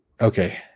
okay